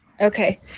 Okay